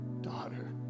daughter